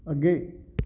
ਅੱਗੇ